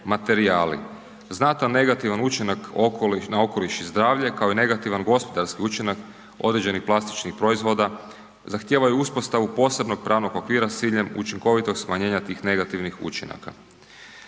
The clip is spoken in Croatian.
Znatan negativan učinak na okoliš i zdravlje kao i negativan gospodarski učinak određenih plastičnih proizvoda zahtijevaju uspostavu posebnog pravnog okvira s ciljem učinkovitog smanjenja tih negativnih učinaka.